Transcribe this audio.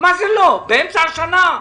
באמצע השנה.